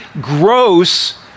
gross